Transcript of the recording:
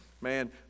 man